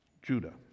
Judah